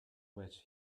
which